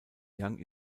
young